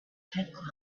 headcloth